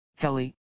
Kelly